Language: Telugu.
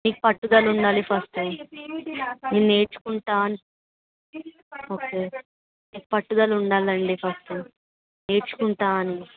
మీకు పట్టుదల ఉండాలి ఫస్టు నేను నేర్చుకుంటా ఓకే మీకు పట్టుదల ఉండాలండి ఫస్టు నేర్చుకుంటా అని